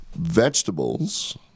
vegetables